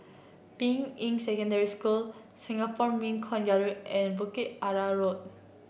Ping Yi Secondary School Singapore Mint Coin Gallery and Bukit Arang Road